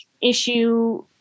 issue